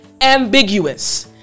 ambiguous